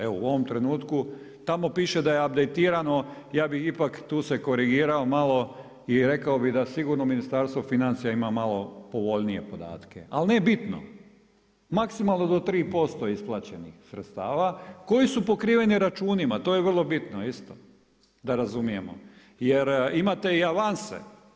Evo u ovom trenutku tamo piše da je abdejtirano, ja bi ipak tu se korigirao malo i rekao bi da sigurno Ministarstvo financija ima malo povoljnije podatke, ali ne bitno, maksimalno do 3% isplaćenih sredstava koji su pokriveni računima, to je vrlo bitno isto da razumijemo jer imate i avanse.